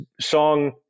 song